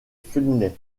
finlay